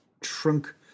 trunk